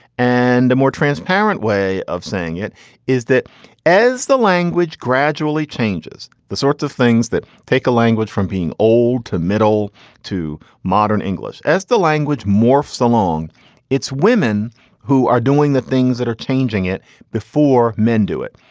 and a more transparent way of saying it is that as the language gradually changes, the sorts of things that take a language from being old to middle to modern english as the language morphs along it's women who are doing the things that are changing it before men do it.